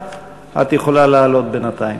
את יכולה לעלות בינתיים.